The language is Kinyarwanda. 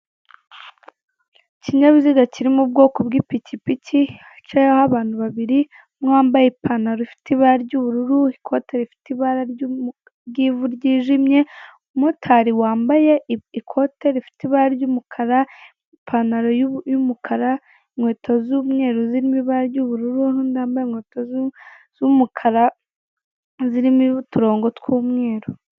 Ikinyabiziga kiri mu bwoko bw'ipikipiki, hicayeho abantu babiri, umwe wambaye ipantaro ifite ibara ry'ubururu, ikote rifite ibara ry'ivu ryijimye, umumotari wambaye ikote rifite ibara ry'umukara, ipantaro y'umukara, inkweto z'umweru zirimo ibara ry'ubururu n'undi wambaye inkweto z'umukara zirimo uturongo tw'umweru.